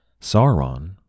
Sauron